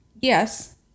Yes